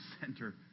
center